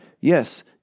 Yes